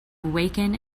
awaken